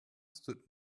stood